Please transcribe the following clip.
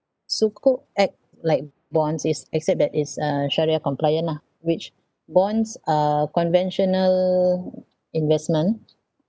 sukuk act like bonds is except that it's uh shariah compliant lah which bonds are conventional investment